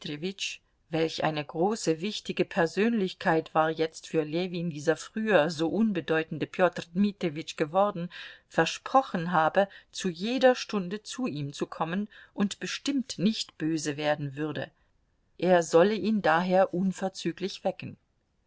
war jetzt für ljewin dieser früher so unbedeutende peter dmitrijewitsch geworden versprochen habe zu jeder stunde zu ihm zu kommen und bestimmt nicht böse werden würde er solle ihn daher unverzüglich wecken